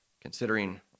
considering